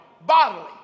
bodily